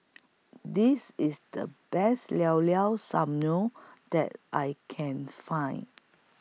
This IS The Best Llao Llao Sanum that I Can Find